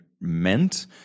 meant